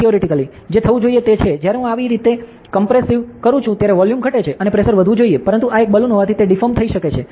theoretically જે થવું જોઈએ તે છે જ્યારે હું આને કોમ્પ્રેસીવ કરું છું ત્યારે વોલ્યુમ ઘટે છે અને પ્રેશર વધવું જોઈએ પરંતુ આ એક બલૂન હોવાથી તે ડિફોર્મ થઈ શકે છે